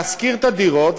להשכיר את הדירות,